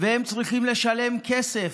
והם צריכים לשלם כסף.